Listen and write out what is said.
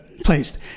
placed